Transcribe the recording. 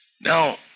Now